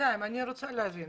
רוצה להבין.